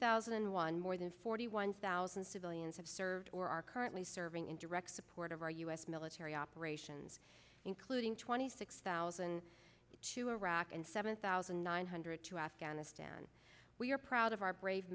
thousand and one more than forty one thousand civilians have served or are currently serving in direct support of our u s military operations including twenty six thousand to iraq and seven thousand nine hundred to afghanistan we are proud of our brave